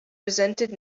resented